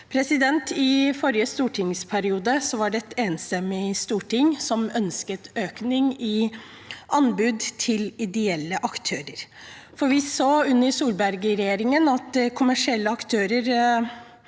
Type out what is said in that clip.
I forrige stortingsperiode var det et enstemmig storting som ønsket økning i anbud til ideelle aktører, for vi så under Solberg-regjeringen at kommersielle aktører